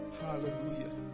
hallelujah